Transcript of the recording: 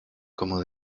como